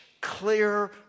clear